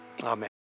Amen